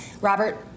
Robert